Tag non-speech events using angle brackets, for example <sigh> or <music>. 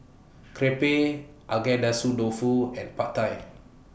<noise> Crepe Agedashi Dofu and Pad Thai